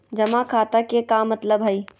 जमा खाता के का मतलब हई?